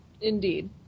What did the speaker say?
Indeed